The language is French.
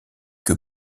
que